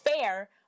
fair